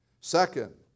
Second